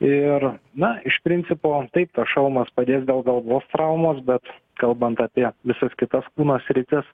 ir na iš principo taip tas šalmas padės dėl galvos traumos bet kalbant apie visus kitas kūno sritis